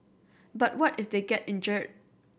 but what if they get injured